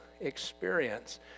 experience